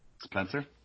Spencer